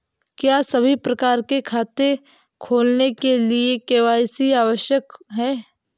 क्या सभी प्रकार के खाते खोलने के लिए के.वाई.सी आवश्यक है?